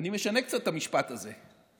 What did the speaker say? אני משנה קצת את המשפט הזה.